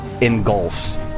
engulfs